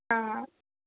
ആ